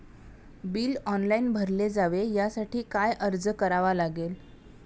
Bill online भरले जावे यासाठी काय अर्ज करावा लागेल?